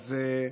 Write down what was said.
א.